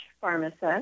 pharmacist